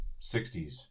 60s